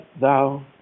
thou